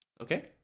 Okay